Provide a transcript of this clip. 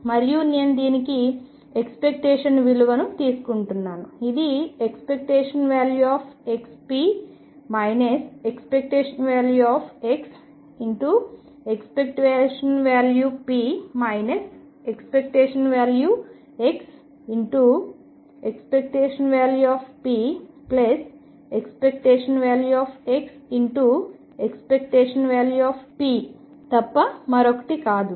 మరియు నేను దీనికి ఎక్స్పెక్టేషన్ విలువను తీసుకుంటున్నాను ఇది ⟨xp⟩ ⟨x⟩⟨p⟩ ⟨x⟩⟨p⟩⟨x⟩⟨p⟩ తప్ప మరొకటి కాదు